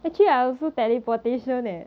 actually I also teleportation leh